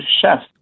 chef